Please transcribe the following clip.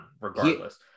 regardless